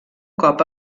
cop